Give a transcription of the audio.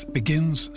begins